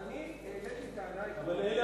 אני העליתי טענה עקרונית, אבל אלה